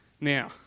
Now